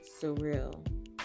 surreal